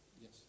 Yes